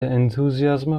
enthusiasm